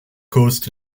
coast